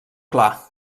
clar